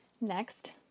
Next